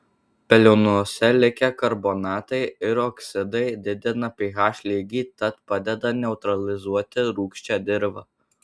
pelenuose likę karbonatai ir oksidai didina ph lygį tad padeda neutralizuoti rūgščią dirvą